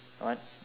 what